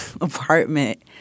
apartment